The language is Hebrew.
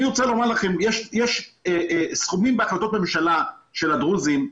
יש סכומים בהחלטות ממשלה של הדרוזים,